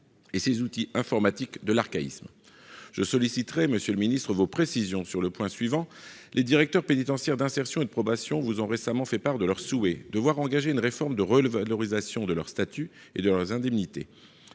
et ses outils informatiques de l'archaïsme je solliciterai Monsieur le Ministre, vos précisions sur le point suivant : les directeurs pénitentiaires d'insertion et de probation vous ont récemment fait part de leur souhait de voir engager une réforme de revalorisation de leur statut et de leurs indemnités